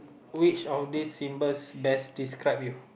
which of these symbols best describe you